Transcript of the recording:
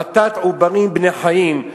המתת עוברים בני-חיים,